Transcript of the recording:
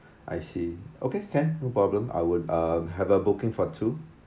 I see okay can no problem I would uh have a booking for two